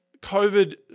COVID